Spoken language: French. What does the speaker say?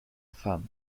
femme